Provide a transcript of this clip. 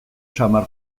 samar